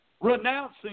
Renouncing